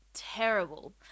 Terrible